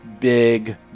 big